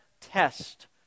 test